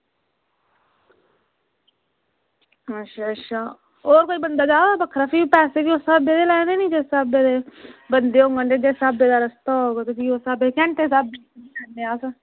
अच्छा अच्छाहोर कोई बंदा जा करदा ते असें पैसे बी उस्सै स्हाबै दे लैने ते जिस स्हाबै दे बंदे होङन ते जिस स्हाबै दा रस्ता होग ते भी उस स्हाबै दे घैंटे दे स्हाबै दे अस